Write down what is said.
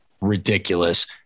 ridiculous